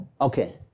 Okay